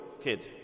kid